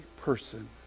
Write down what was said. person